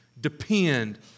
depend